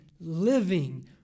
living